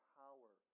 power